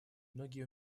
многие